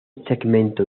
segmento